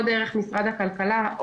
או דרך משרד הכלכלה,